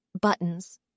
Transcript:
buttons